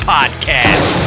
Podcast